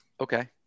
Okay